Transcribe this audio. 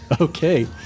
Okay